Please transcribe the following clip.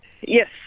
Yes